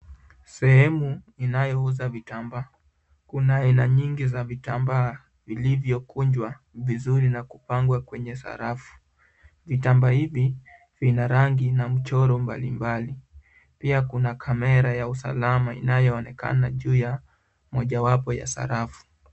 Sehemu inayouza vitambaa. Kuna aina nyingi za vitambaa vilivyokunjwa vizuri na kupangwa kwenye sarafu. Vitambaa hivi vina rangi na mchoro mbalimbali. Pia kuna kamera ya usalama inayoonekana juu ya mojawapo ya sarafu.